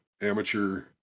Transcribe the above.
amateur